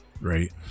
Right